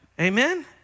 amen